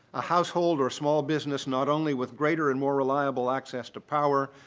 a household or small business not only with greater and more reliable access to power,